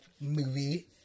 movie